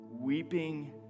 weeping